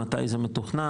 מתי זה מתוכנן,